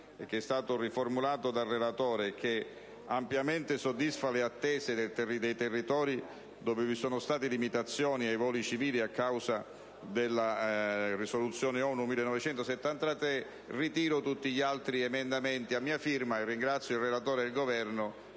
che è stato poi riformulato dal relatore e che ampiamente soddisfa le attese dei territori in cui vi sono state limitazioni ai voli civili a causa della risoluzione ONU 1973, ritiro tutti gli altri emendamenti a mia firma. Ringrazio il relatore ed il